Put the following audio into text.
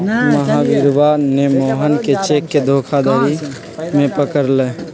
महावीरवा ने मोहन के चेक के धोखाधड़ी में पकड़ लय